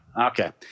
Okay